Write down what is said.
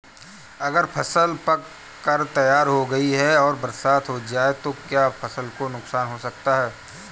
अगर फसल पक कर तैयार हो गई है और बरसात हो जाए तो क्या फसल को नुकसान हो सकता है?